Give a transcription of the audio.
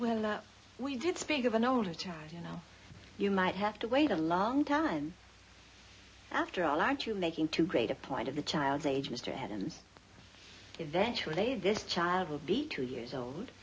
where we did speak of an older child you know you might have to wait a long time after all aren't you making too great a point of the child's age mr head and eventually this child will be two years old